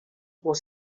was